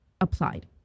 applied